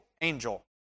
angel